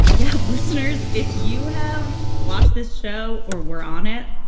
yeah. listeners, if you have watched this show or were on it.